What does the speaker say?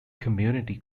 community